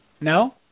No